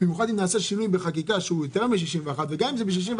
במיוחד אם נעשה שינוי בחקיקה שהוא יותר מ-61 וגם אם זה ב-61,